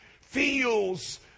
feels